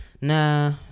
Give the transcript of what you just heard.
nah